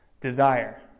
Desire